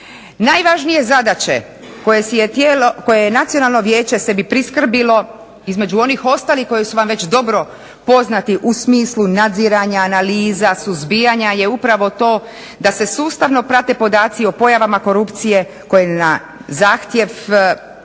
Najvažnije zadaće koje je Nacionalno vijeće sebi priskrbilo između onih ostalih koje su vam već dobro poznati u smislu nadziranja, analiza, suzbijanja je upravo to da se sustavno prate podaci o pojavama korupcije koje na zahtjev